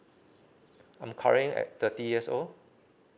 I'm currently at thirty years old